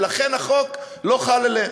ולכן החוק לא חל עליהם.